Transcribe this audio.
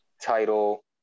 title